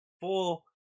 four